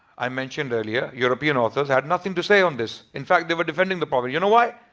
i mentioned earlier, european authors, had nothing to say on this. in fact they were defending the prophet. you know why?